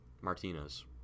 Martinez